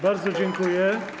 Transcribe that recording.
Bardzo dziękuję.